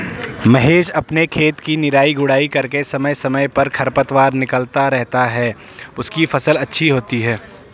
महेश अपने खेत की निराई गुड़ाई करके समय समय पर खरपतवार निकलता रहता है उसकी फसल अच्छी होती है